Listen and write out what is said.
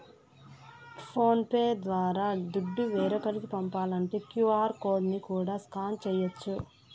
phone pay ద్వారా దుడ్డు వేరోకరికి పంపాలంటే క్యూ.ఆర్ కోడ్ ని కూడా స్కాన్ చేయచ్చు